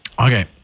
Okay